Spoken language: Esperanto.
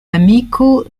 amiko